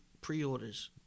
pre-orders